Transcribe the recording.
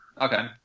Okay